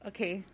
Okay